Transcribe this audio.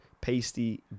pasty